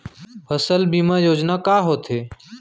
फसल बीमा योजना का होथे?